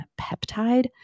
peptide